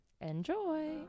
enjoy